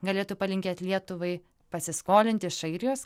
galėtų palinkėt lietuvai pasiskolint iš airijos